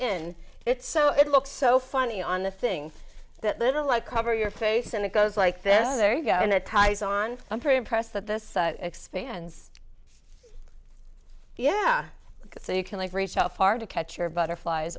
in it so it looks so funny on the thing that little i cover your face and it goes like this there you go and it ties on i'm pretty impressed that this expands yeah so you can like reach out far to catch your butterflies